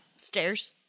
Stairs